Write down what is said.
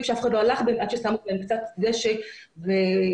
שאף אחד לא הלך בהם עד ששמו קצת דשא וקיוסקים.